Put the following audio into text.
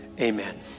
amen